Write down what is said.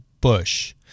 Bush